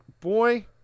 boy